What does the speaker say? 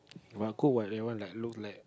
but good what that one like look like